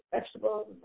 vegetables